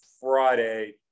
Friday